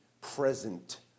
present